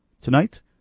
Tonight